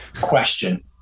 question